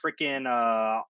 freaking